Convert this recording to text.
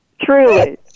Truly